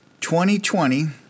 2020